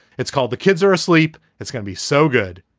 it's called the kids are asleep. it's going to be so good.